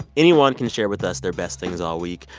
anyone can share with us their best things all week.